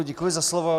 Děkuji za slovo.